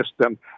system